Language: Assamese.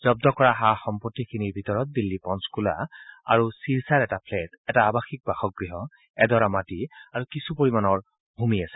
জব্দ কৰা সা সম্পত্তিখিনিৰ ভিতৰত দিল্লী পঞ্চকুলা আৰু ছিৰছাৰ এটা ফ্লেট এটা আবাসীক বাসগৃহ এডৰা মাটি আৰু কিছু পৰিমাণৰ ভূমি আছে